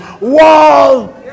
Wall